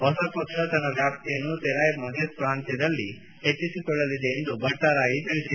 ಹೊಸ ಪಕ್ಷ ತನ್ನ ವ್ಯಾಪ್ತಿಯನ್ನು ತೆರಾಯ್ ಮಾದೇಸ್ ಪ್ರಾಂತ್ವದಲ್ಲಿ ಹೆಚ್ಚಿಸಿಕೊಳ್ಳಲಿದೆ ಎಂದು ಭಟ್ಟಾರಾಯಿ ತಿಳಿಸಿದ್ದಾರೆ